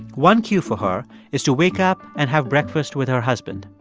one cue for her is to wake up and have breakfast with her husband.